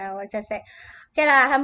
I was just like okay lah help me